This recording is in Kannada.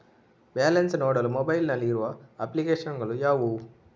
ಬ್ಯಾಲೆನ್ಸ್ ನೋಡಲು ಮೊಬೈಲ್ ನಲ್ಲಿ ಇರುವ ಅಪ್ಲಿಕೇಶನ್ ಗಳು ಯಾವುವು?